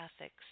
ethics